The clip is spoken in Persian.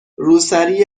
روسری